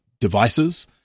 devices